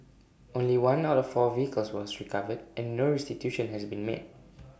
only one out of four vehicles was recovered and no restitution has been made